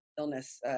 Illness